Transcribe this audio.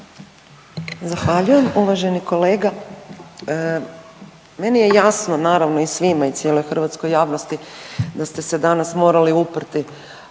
Zahvaljujem. Uvaženi kolega meni je jasno naravno i svima i cijeloj hrvatskoj javnosti da ste se danas morali uprti